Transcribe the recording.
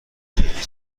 دیدی